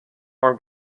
our